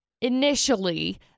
initially